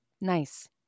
nice